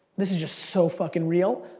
this is just so fucking real.